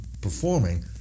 performing